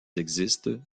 existent